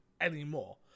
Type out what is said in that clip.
anymore